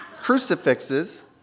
crucifixes